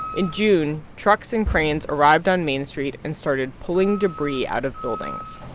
in june, trucks and cranes arrived on main street and started pulling debris out of buildings.